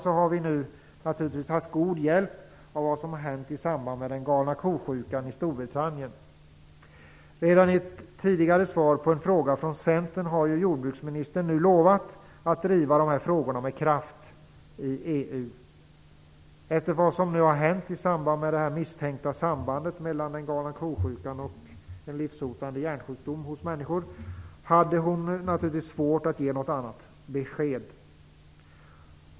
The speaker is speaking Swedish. Nu har vi naturligtvis haft god hjälp av det som har hänt i samband med "galna ko-sjukan" i Storbritannien. Redan i ett tidigare svar på en fråga från Centern har jordbruksministern lovat att driva dessa frågor med kraft i EU. Med tanke på vad som nu har hänt med anledning av det misstänkta sambandet mellan "galna ko-sjukan" och en livshotande hjärnsjukdom hos människor hade hon naturligtvis svårt att ge något annat besked.